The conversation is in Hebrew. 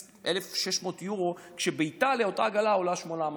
1,600 יורו כשבאיטליה אותה עגלה עולה 800 יורו.